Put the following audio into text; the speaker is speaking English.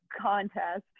contest